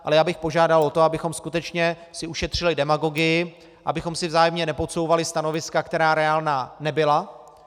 Ale já bych požádal o to, abychom si skutečně ušetřili demagogii, abychom si vzájemně nepodsouvali stanoviska, která reálná nebyla.